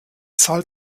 zahlt